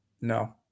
no